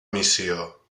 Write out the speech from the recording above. missió